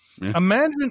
imagine